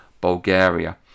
Bulgaria